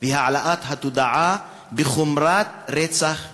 והעלאת המודעות לחומרה של רצח נשים.